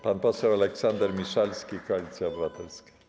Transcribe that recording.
Pan poseł Aleksander Miszalski, Koalicja Obywatelska.